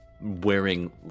wearing